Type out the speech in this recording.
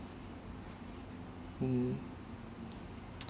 mm